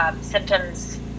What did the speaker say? symptoms